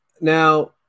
Now